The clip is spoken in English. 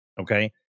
okay